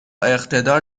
اقتدار